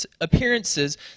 appearances